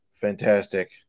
fantastic